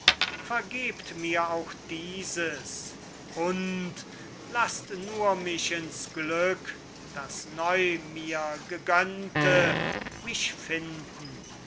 vergebt mir auch dieses und laßt nur mich ins glück das neu mir gegönnte mich finden